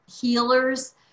healers